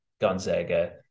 Gonzaga